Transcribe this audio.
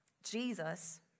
Jesus